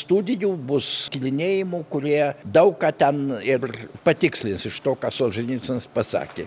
studijų bus tyrinėjimų kurie daug ką ten ir patikslins iš to ką solženicynas pasakė